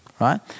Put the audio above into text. right